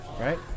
Right